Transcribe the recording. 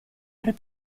per